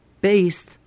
based